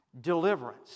deliverance